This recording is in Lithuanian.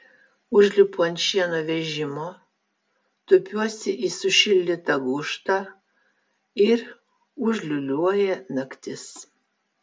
užlipu ant šieno vežimo tupiuosi į sušildytą gūžtą ir užliūliuoja naktis